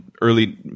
early